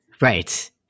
Right